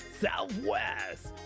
southwest